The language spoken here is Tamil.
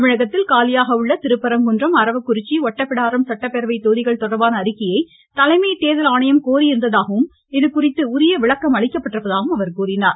தமிழகத்தில் காலியாக உள்ள திருப்பரங்குன்றம் அரவக்குறிச்சி ஒட்டப்பிடாரம் சட்டப்பேரவை தொகுதிகள் தொடர்பான அறிக்கையை தலைமை தேர்தல் ஆணையம் கோரியிருந்ததாகவும் இதுகுறித்து உரிய விளக்கம் அளிக்கப்பட்டிருப்பதாகவும் அவர் கூறினார்